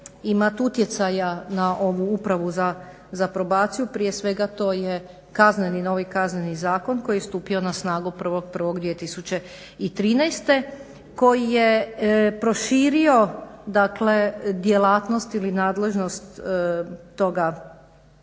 imati utjecaja na ovu Upravu za probaciju prije svega to je novi Kazneni zakon koji je stupio na snagu 1.1.2013.koji je proširio djelatnost ili nadležnost toga